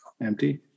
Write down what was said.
Empty